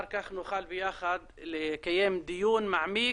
אחר-כך נוכל ביחד לקיים דיון מעמיק,